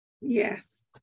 yes